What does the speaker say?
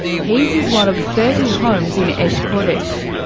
his is one of thirty homes in esh kodesh.